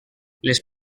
les